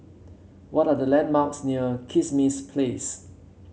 what are the landmarks near Kismis Place